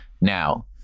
Now